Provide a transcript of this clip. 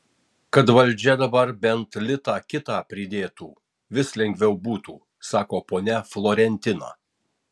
kad valdžia dabar bent litą kitą pridėtų vis lengviau būtų sako ponia florentina